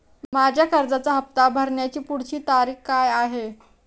माझ्या कर्जाचा हफ्ता भरण्याची पुढची तारीख काय आहे?